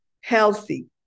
healthy